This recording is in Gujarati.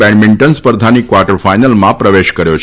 બેડમિન્ટન સ્પર્ધાની ક્વાર્ટર ફાઈનલમાં પ્રવેશ કર્યો છે